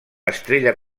estrella